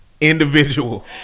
individual